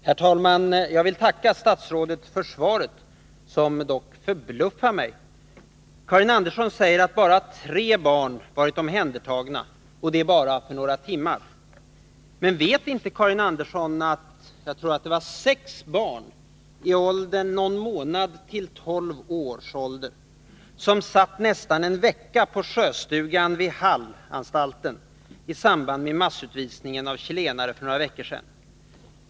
Herr talman! Jag vill tacka statsrådet för svaret, som dock förbluffar mig. Karin Andersson säger att bara tre barn varit omhändertagna, och det bara för några timmar. Men vet inte Karin Andersson att det var — om jag minns rätt — sex barn i åldern från någon månad till tolv år som satt nästan en vecka på Sjöstugan vid Hallanstalten i samband med massutvisningen av chilenare för några veckor sedan?